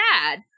sad